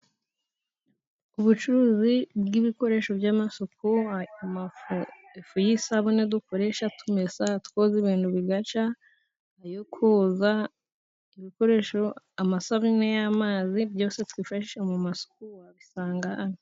Ubucuruzi bw'ibikoresho by'amasuku, ifufu y'isabune dukoresha tumesa, twoza ibintu bigacya, iyo koza ibikoresho, amasabune y'amazi, byose twifashe mu masuku wabisanga hano.